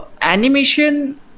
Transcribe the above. animation